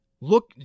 Look